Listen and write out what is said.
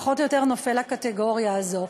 פחות או יותר נופל לקטגוריה הזו.